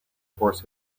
horse